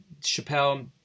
Chappelle